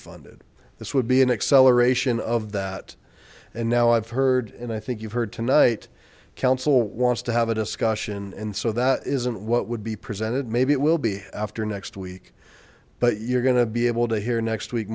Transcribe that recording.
funded this would be an acceleration of that and now i've heard and i think you've heard tonight council wants to have a discussion and so that isn't what would be presented maybe it will be after next week but you're gonna be able to hear next week